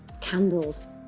candles,